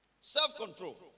Self-control